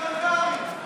גם קרעי, גם קרעי.